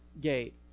gate